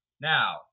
Now